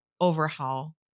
overhaul